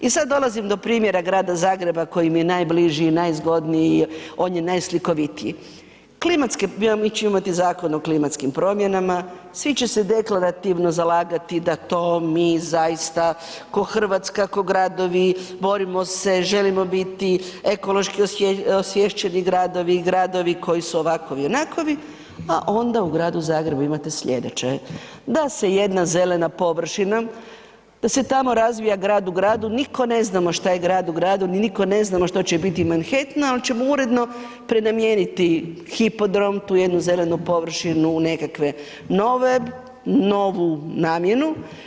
I sad dolazim do primjera Grada Zagreba koji mi je najbliži i najzgodniji i on je najslikovitiji, mi ćemo imati Zakon o klimatskim promjenama, svi će se deklarativno zalagati da to mi zajedno ko RH, ko gradovi, borimo se, želimo biti ekološki osviješćeni gradovi i gradovi koji su ovakovi i onakovi, a onda u Gradu Zagrebu imate slijedeće, da se jedna zelena površina, da se tamo razvija grad u gradu, nitko ne znamo šta je grad u gradu, ni nitko ne znamo što će biti Manhattan, al ćemo uredno prenamijeniti Hipodrom, tu jednu zelenu površinu u nekakve nove, novu namjenu.